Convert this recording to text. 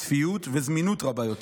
צפיות וזמינות רבה יותר.